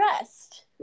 rest